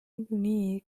niikuinii